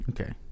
Okay